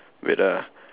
wait ah